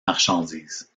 marchandises